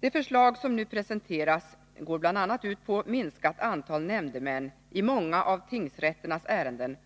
Det förslag som nu presenteras går bl.a. ut på en minskning av antalet nämndemän i många av tingsrätternas ärenden,